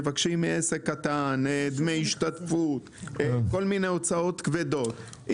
מבקשים מעסק קטן דמי השתתפות ועוד כל מיני הוצאות כבדות.